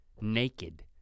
naked